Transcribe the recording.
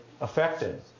affected